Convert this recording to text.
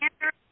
answer